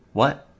what